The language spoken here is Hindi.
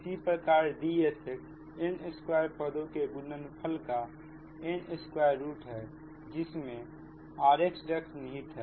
इसी प्रकार Dsxn स्क्वायर पदो के गुणनफल का n स्क्वायर रूट है जिसमें rxनिहित है